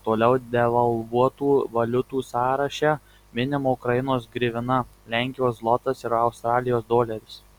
toliau devalvuotų valiutų sąraše minima ukrainos grivina lenkijos zlotas ir australijos doleris